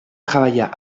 travailla